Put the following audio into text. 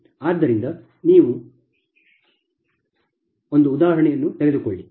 ಆದ್ದರಿಂದ ನಾವು ಈ ಬಗ್ಗೆ ಒಂದು ಉದಾಹರಣೆಯನ್ನು ತೆಗೆದುಕೊಳ್ಳೋಣ